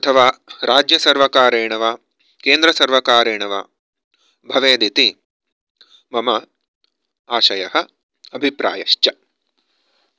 अथवा राज्यसर्वकारेण वा केन्द्रसर्वकारेण वा भवेत् इति मम आशयः अभिप्रायश्च